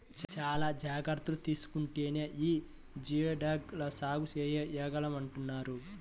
చానా జాగర్తలు తీసుకుంటేనే యీ జియోడక్ ల సాగు చేయగలమంటన్నారు